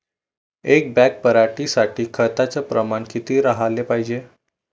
एक बॅग पराटी साठी खताचं प्रमान किती राहाले पायजे?